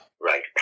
Right